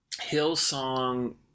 Hillsong